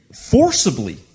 forcibly